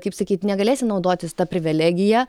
kaip sakyt negalėsi naudotis ta privilegija